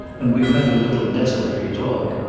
and we've had a little desultory talk.